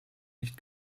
nicht